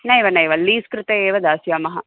नैव नैव लीस् कृते एव दास्यामः